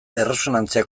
erresonantzia